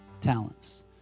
talents